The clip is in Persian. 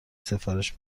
سفارش